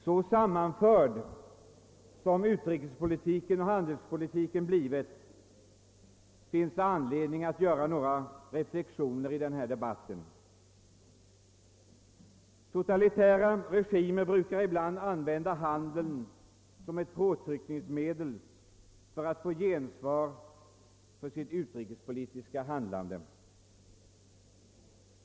Så sammanflätade som utrikespolitiken och handelspolitiken blivit finns det anledning att göra några reflexioner. Totalitära regimer använder ibland handeln som ett påtryckningsmedel för att få gensvar för sitt utrikespolitiska agerande.